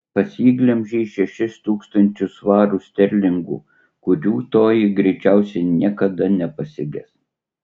pasiglemžei šešis tūkstančius svarų sterlingų kurių toji greičiausiai niekada nepasiges